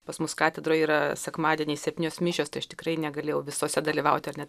pas mus katedroj yra sekmadieniais septynios mišios tai aš tikrai negalėjau visose dalyvauti ar ne